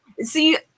See